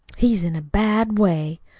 he's in a bad way.